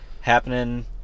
happening